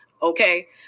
okay